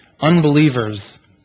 unbelievers